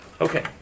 Okay